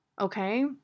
okay